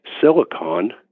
silicon